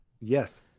Yes